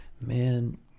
Man